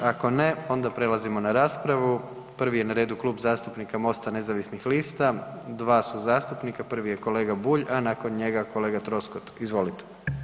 Ako ne onda prelazimo na raspravu, prvi je na redu Klub zastupnika MOST-a nezavisnih lista, dva su zastupnika, prvi je kolega Bulj, a nakon njega kolega Troskot, izvolite.